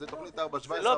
זו תוכנית 4.17,